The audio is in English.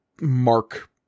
Mark